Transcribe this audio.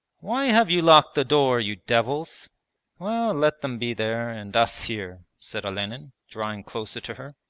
why have you locked the door, you devils well, let them be there and us here said olenin, drawing closer to her.